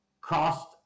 cost